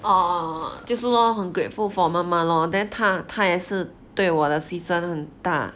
orh 就是 lor 很 grateful for 妈妈 lor then 他他也是对我的牺牲很大